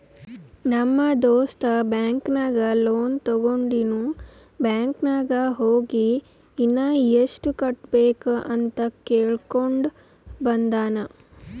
ನಮ್ ದೋಸ್ತ ಬ್ಯಾಂಕ್ ನಾಗ್ ಲೋನ್ ತೊಂಡಿನು ಬ್ಯಾಂಕ್ ನಾಗ್ ಹೋಗಿ ಇನ್ನಾ ಎಸ್ಟ್ ಕಟ್ಟಬೇಕ್ ಅಂತ್ ಕೇಳ್ಕೊಂಡ ಬಂದಾನ್